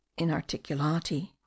inarticulati